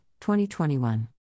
2021